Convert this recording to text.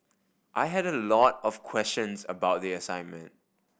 I had a lot of questions about the assignment